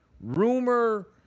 rumor